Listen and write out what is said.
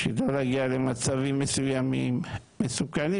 בשביל לא להגיע למצבים מסויימים מסוכנים,